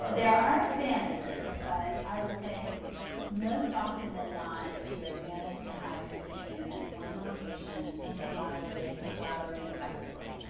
there are advantages, but i would say most often than not it's to your advantage to have your team in and one location, centralized, where they can collaborate effectively.